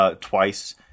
twice